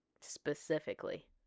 specifically